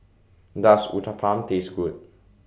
Does Uthapam Taste Good